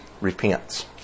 repents